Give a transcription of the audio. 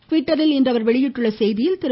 டிவிட்டரில் இன்று அவர் வெளியிட்டுள்ள செய்தியில் திரு